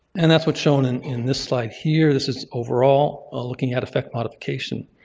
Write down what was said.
and that's what's shown and in this slide here. this is overall looking at effect modification.